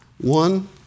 One